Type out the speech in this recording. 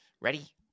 Ready